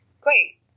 Great